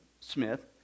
Smith